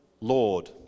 Lord